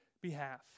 Behalf